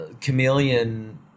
chameleon